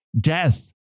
Death